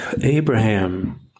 Abraham